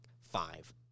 five